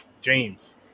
James